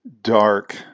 dark